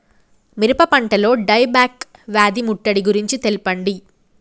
మిరప పంటలో die back వ్యాధి ముట్టడి గురించి తెల్పండి?